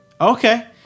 Okay